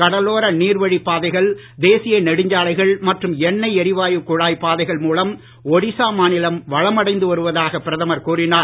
கடலோர நீர் வழி பாதைகள் தேசிய நெடுஞ்சாலைகள் மற்றும் எண்ணெய் எரிவாயு குழாய் பாதைகள் மூலம் ஒடிசா மாநிலம் வளமடைந்து வருவதாக பிரதமர் கூறினார்